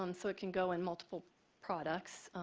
um so it can go in multiple products.